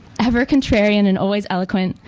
ever contrarian, and always eloquent,